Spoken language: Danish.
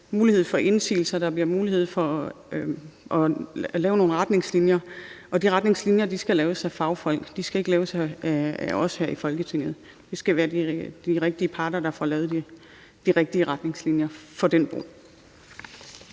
mulighed for at gøre indsigelse, og der bliver mulighed for at lave nogle retningslinjer. De retningslinjer skal laves af fagfolk, de skal ikke laves af os her i Folketinget. Det skal være de rigtige parter, der laver de rigtige retningslinjer til det brug.